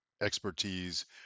expertise